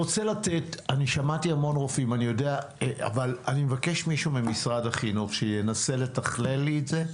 אני מבקש מישהו ממשרד החינוך שידבר וינסה לתכלל לי את זה.